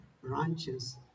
branches